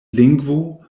lingvo